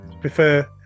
Prefer